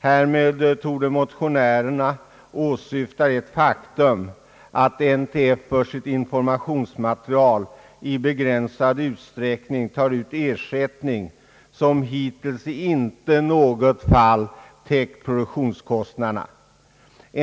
Härmed torde motionärerna åsyfta det faktum att NTF för sitt informationsmaterial i begränsad utsträckning tar ut en ersättning, som hittills inte i något fall täckt pro duktionskostnaderna.